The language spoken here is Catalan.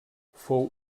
fou